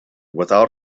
without